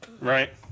right